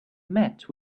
met